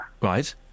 Right